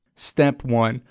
step one.